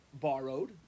borrowed